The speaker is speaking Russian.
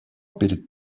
пред